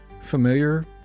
familiar